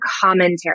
commentary